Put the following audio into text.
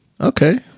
Okay